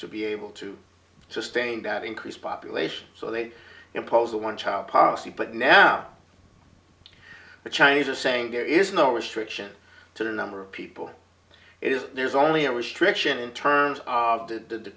to be able to sustain that increased population so they impose a one child policy but now the chinese are saying there is no restriction to the number of people it is there's only a restriction in terms of the